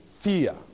fear